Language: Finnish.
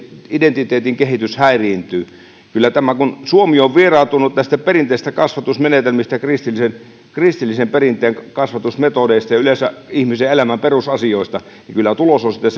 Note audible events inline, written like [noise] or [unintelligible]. identiteetin kehitys häiriintyy kun suomi on vieraantunut näistä perinteisistä kasvatusmenetelmistä kristillisen kristillisen perinteen kasvatusmetodeista ja yleensä ihmisen elämän perusasioista niin kyllä tulos on sitten [unintelligible]